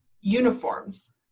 uniforms